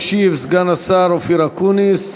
ישיב סגן השר אופיר אקוניס.